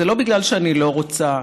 זה לא בגלל שאני לא רוצה,